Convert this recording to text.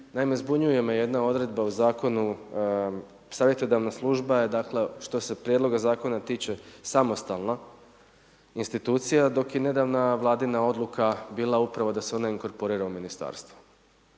zbunjuje me jedna odredba u zakonu, savjetodavna služba je dakle što se prijedloga zakona tiče samostalna institucija, dok je nedavna Vladina odluka bila upravo da se ona inkorporira u ministarstvo.